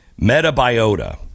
metabiota